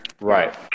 Right